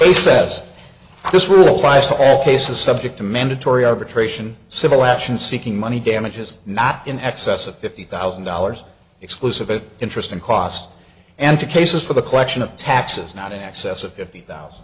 they says this rule applies to all cases subject to mandatory arbitration civil action seeking money damages not in excess of fifty thousand dollars exclusive it interest in cost and to cases for the collection of taxes not in excess of fifty